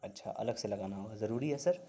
اچھا الگ سے لگانا ہوگا ضروری ہے سر